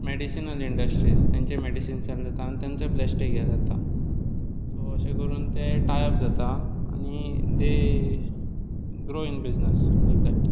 medicinal industries तेंचे medicine सगळें खावन तेंचे प्लास्टीक हे जाता अशें करून ते टाय अप जाता आनी they grow in business like that